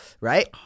Right